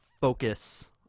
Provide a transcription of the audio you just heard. focus